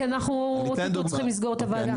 כי אנחנו עוד מעט צריכים לסגור את הוועדה.